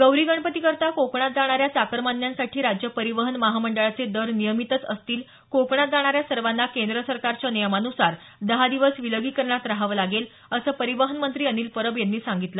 गौरी गणपतीकरता कोकणात जाणाऱ्या चाकरमान्यांसाठी राज्य परीवहन महामंडळाचे दर नियमितच असतील कोकणात जाणाऱ्या सर्वांना केंद्र सरकारच्या नियमान्सार दहा दिवस विलगीकरणात रहावं लागेल असं परिवहन मंत्री अनिल परब यांनी सांगितलं